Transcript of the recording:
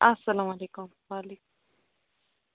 اَسلامُ علیکُم وعلیکُم